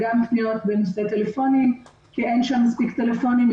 גם פניות בנושא טלפונים כי אין שם מספיק טלפונים.